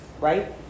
right